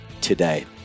today